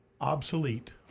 obsolete